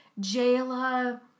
Jayla